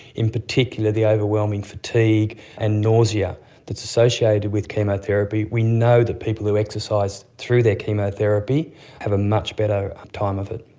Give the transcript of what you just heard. in particular the overwhelming fatigue and nausea that is associated with chemotherapy. we know that people who exercise through their chemotherapy have a much better time of it.